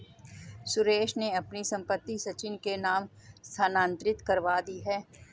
सुरेश ने अपनी संपत्ति सचिन के नाम स्थानांतरित करवा दी